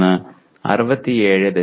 3 67